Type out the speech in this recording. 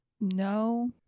No